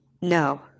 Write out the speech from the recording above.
no